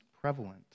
prevalent